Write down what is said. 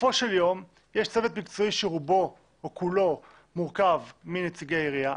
בסופו של יום יש צוות מקצועי שרובו או כולו מורכב מנציגי עירייה,